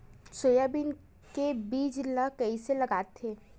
Soybean के बीज ल कइसे लगाथे?